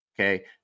Okay